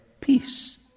peace